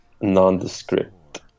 nondescript